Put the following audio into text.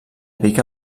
pica